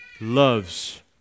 loves